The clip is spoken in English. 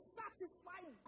satisfied